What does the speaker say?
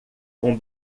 com